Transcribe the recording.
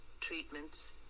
treatments